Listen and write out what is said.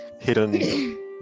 hidden